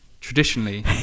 traditionally